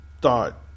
thought